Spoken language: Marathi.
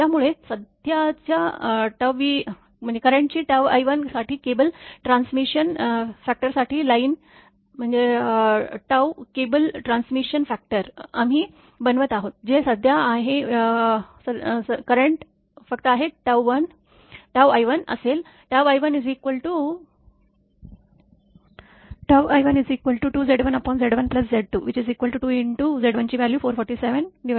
त्यामुळे करेंट च्या i1साठी केबल ट्रान्समिशन फॅक्टरसाठी line two cable transmission factor आम्ही बनवत आहोत जे करेंट फक्त i1असेल i12Z1Z1Z22×44744749